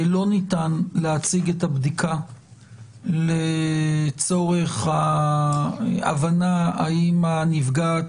לא ניתן להציג את הבדיקה לצורך ההבנה אם הנפגעת